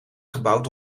gebouwd